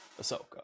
Ahsoka